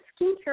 skincare